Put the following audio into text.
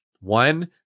One